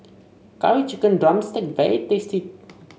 Curry Chicken drumstick is very tasty